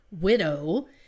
widow